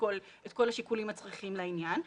ולשקול את כל השיקולים הצריכים לעניין.